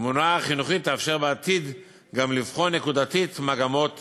התמונה החינוכית תאפשר בעתיד גם לבחון נקודתית מגמות